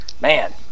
man